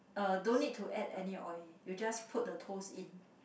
uh don't need to add any oil you just put the toast in